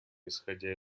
исходя